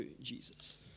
Jesus